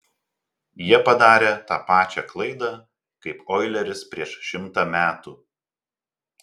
jie padarė tą pačią klaidą kaip oileris prieš šimtą metų